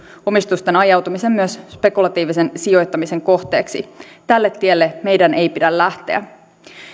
omistusten ajautumisen myös spekulatiivisen sijoittamisen kohteeksi tälle tielle meidän ei pidä lähteä